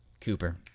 Cooper